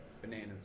bananas